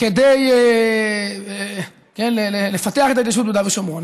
כדי לפתח את ההתיישבות ביהודה ושומרון.